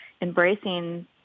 embracing